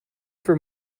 for